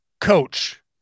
coach